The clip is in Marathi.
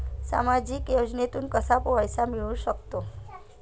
सामाजिक योजनेतून कसा पैसा मिळू सकतो?